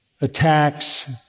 Attacks